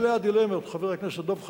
אלה הדילמות, חבר הכנסת דב חנין.